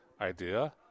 idea